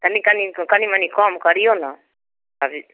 कनि कनिके कनि मनि कम करिऔ ने अभी